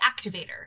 activator